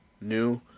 new